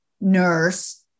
nurse